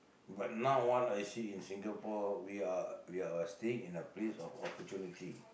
but now what I see in Singapore we are we are staying in a place of opportunity